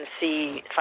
see